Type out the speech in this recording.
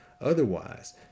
otherwise